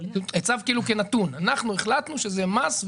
הצבת את זה כאילו כנתון: אנחנו החלטנו שזה מס,